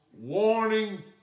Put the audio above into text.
warning